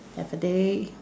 have a day